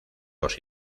los